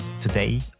Today